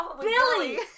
Billy